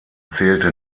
zählte